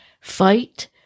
Fight